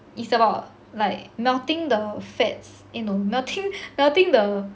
it's about like melting the fats eh no melting melting the